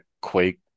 Quake